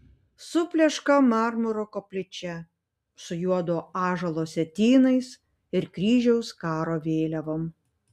supleška marmuro koplyčia su juodo ąžuolo sietynais ir kryžiaus karo vėliavom